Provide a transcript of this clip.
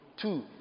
Two